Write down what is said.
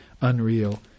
unreal